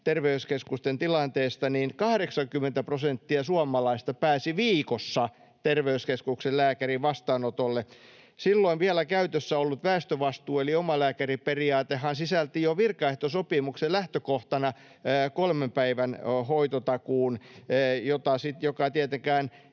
terveyskeskusten tilanteesta, 80 prosenttia suomalaisista pääsi viikossa terveyskeskuksen lääkärin vastaanotolle. Silloin vielä käytössä ollut väestövastuu- eli omalääkäriperiaatehan sisälsi jo virkaehtosopimuksen lähtökohtana kolmen päivän hoitotakuun, joka tietenkään